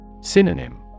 Synonym